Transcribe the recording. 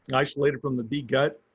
and isolated from the bee gut.